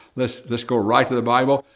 let's let's go right to the bible.